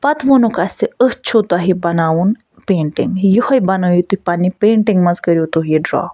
پَتہٕ ووٚنکھ اسہِ أتھۍ چھُو تۄہہِ بناوُن پینٹِنٛگ یُہٲے بنٲیُو تُہۍ پَننہِ پینٹِنٛگ منٛز کٔریٛو تُہۍ یہِ ڈرٛا